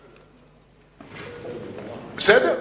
בסדר.